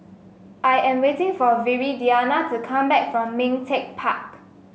I am waiting for Viridiana to come back from Ming Teck Park